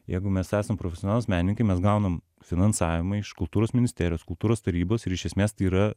jeigu mes esam profesionalūs menininkai mes gaunam finansavimą iš kultūros ministerijos kultūros tarybos ir iš esmės tai yra